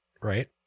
Right